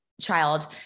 child